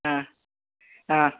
ആ ആ